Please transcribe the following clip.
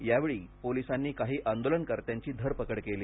यावेळी पोलिसांनी काही आंदोलनकर्त्यांची धरपकड केली